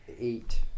Eight